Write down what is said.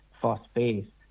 phosphate